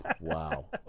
Wow